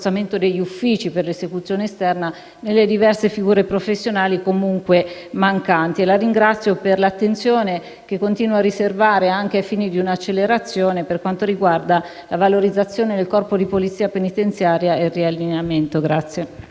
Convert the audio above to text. nelle diverse figure professionali comunque mancanti. La ringrazio per l'attenzione che continua a riservare anche ai fini di un'accelerazione per quanto riguarda la valorizzazione del Corpo di polizia penitenziaria e il riallineamento.